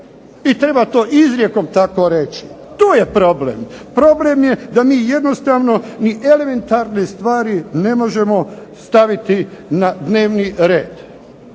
I treba to izrijekom tako reći. To je problem. Problem je da mi jednostavno ni elementarne stvari ne možemo staviti na dnevni red.